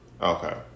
Okay